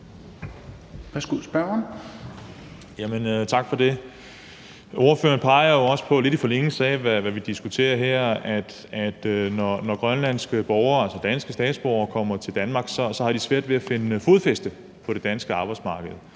hvad vi diskuterer her – at grønlandske borgere, altså danske statsborgere, når de kommer til Danmark, har svært ved at finde fodfæste på det danske arbejdsmarked,